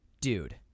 Dude